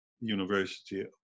University